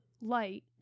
light